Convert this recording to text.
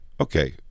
Okay